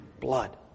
blood